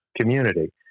community